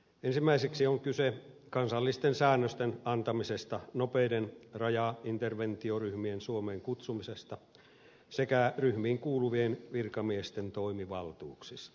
ensimmäiseksi on kyse kansallisten säännösten antamisesta nopeiden rajainterventioryhmien suomeen kutsumisesta sekä ryhmiin kuuluvien virkamiesten toimivaltuuksista